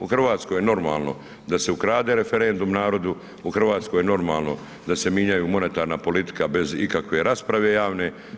U Hrvatskoj je normalno da se ukrade referendum narodu, u Hrvatskoj je normalno da se mijenja monetarna politika bez ikakve rasprave javne.